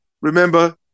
Remember